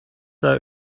out